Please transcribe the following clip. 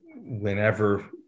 whenever